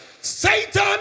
Satan